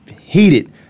heated